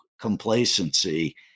complacency